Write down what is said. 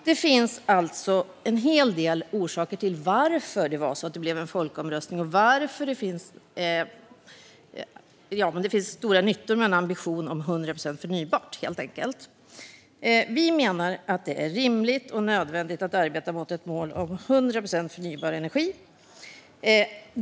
Det finns alltså en hel del orsaker till att det blev en folkomröstning och till att det finns stora nyttor med ambitionen om 100 procent förnybart. Vi menar att det är rimligt och nödvändigt att arbeta mot ett mål om 100 procent förnybar energi.